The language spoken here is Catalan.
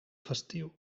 festiu